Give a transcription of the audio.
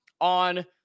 on